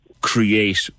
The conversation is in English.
create